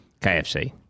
KFC